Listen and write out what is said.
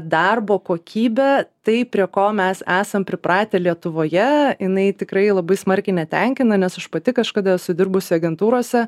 darbo kokybė tai prie ko mes esam pripratę lietuvoje jinai tikrai labai smarkiai netenkina nes aš pati kažkada esu dirbusi agentūrose